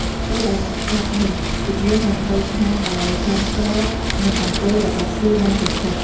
ពេលដែលអ្នកស្លាប់ នោះវិញ្ញាណនឹងទៅឋានដែលសមស្របនឹងអំពើរបស់ខ្លួនបានប្រព្រឹត្ត។